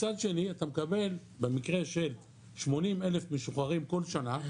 מצד שני אתה מקבל במקרה של 80,000 משוחררים כל שנה,